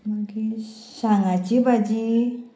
मागीर सांगांची भाजी